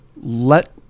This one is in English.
Let